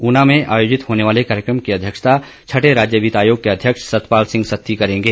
ऊना में आयोजित होने वाले कार्यक्रम की अध्यक्षता छठे राज्य वित्तायोग के अध्यक्ष सतपाल सिंह सत्ती करेंगे